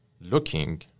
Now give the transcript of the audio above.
looking